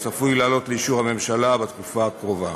הצפוי לעלות לאישור הממשלה בתקופה הקרובה.